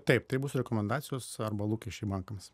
taip tai bus rekomendacijos arba lūkesčiai bankams